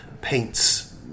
paints